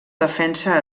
defensa